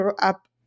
up